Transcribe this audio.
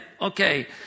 okay